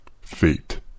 fate